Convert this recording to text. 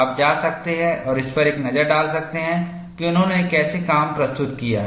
आप जा सकते हैं और इस पर एक नज़र डाल सकते हैं कि उन्होंने कैसे काम प्रस्तुत किया है